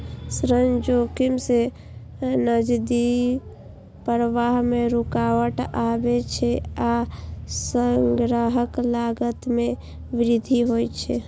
ऋण जोखिम सं नकदी प्रवाह मे रुकावट आबै छै आ संग्रहक लागत मे वृद्धि होइ छै